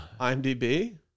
IMDb